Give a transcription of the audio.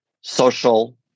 social